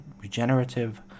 regenerative